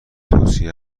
توصیه